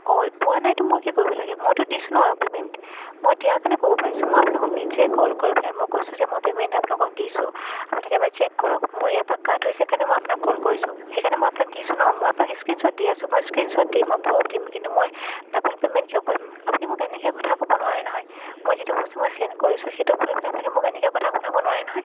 পোৱা নাইতো মই কি কৰিব লাগে মইতো দিছোঁ ন পে'মেণ্ট মই দিয়া কাৰণে ক'ব পাৰিছোঁ মই আপোনালোকক নিজে কল কৰি পেলাই মই কৈছোঁ যে মই পে'মেণ্ট আপোনালোকক দিছোঁ আপোনালোকে এবাৰ চেক কৰক মোৰ ইয়াৰ পৰা কাট হৈছে কাৰণে মই আপোনাক ক'ল কৰিছোঁ সেইকাৰণে মই আপোনাক দিছোঁ ন মই আপোনাক ইছকীনশ্বট দি আছো মই স্ক্ৰীণশ্বট দিম মই প্ৰ'ভ দিম কিন্তু মই ডাবল পে'মেণ্ট কিয় কৰিম মই আপুনি মোক এনেকৈ কথা ক'ব নোৱাৰে নহয় মই যিটো বস্তু মই চেণ্ট কৰিছোঁ সেইটোক লৈ পেলাই আপোনালোকে মোক এনেকৈ কথা শুনাব নোৱাৰে নহয়